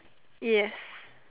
yes